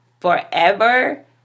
forever